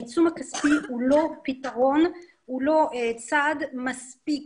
העיצום הכספי הוא לא פתרון והוא לא צעד מספיק.